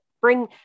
bring